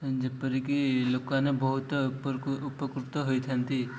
ଯେପରିକି ଲୋକମାନେ ବହୁତ ଉପ ଉପକୃତ ହୋଇଥାନ୍ତି